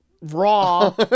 Raw